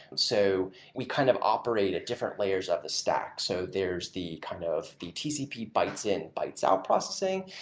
so we kind of operate at different layers of stack. so there's the kind of the tcp bytes in, bytes out processing,